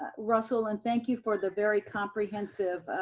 russell, and thank you for the very comprehensive